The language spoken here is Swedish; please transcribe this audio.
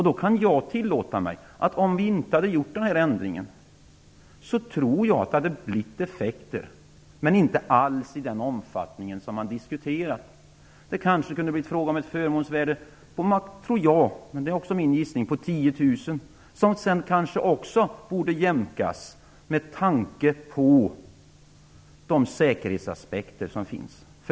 Då kan jag tillåta mig att anta, att om vi inte hade gjort den här ändringen hade det blivit effekter, men inte alls i den omfattning som har diskuterats. Det kanske kunde ha blivit fråga om ett förmånsvärde på 10 000 kr - det är min gissning - som sedan kanske också borde jämkas med tanke på de säkerhetsaspekter som finns.